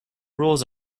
rules